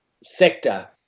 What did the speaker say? sector